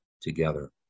together